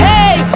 Hey